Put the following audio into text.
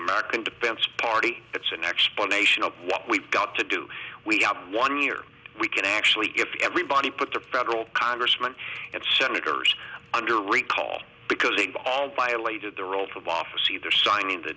american depends party it's an explanation of what we've got to do we are one year we can actually get everybody put the federal congressman and senators under recall because they've all violated the rules of office either signing t